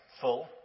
full